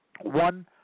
one